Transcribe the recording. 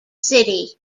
city